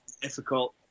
difficult